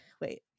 Wait